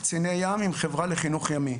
קציני ים, עם חברה לחינוך ימי.